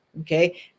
Okay